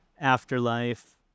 afterlife